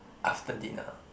after dinner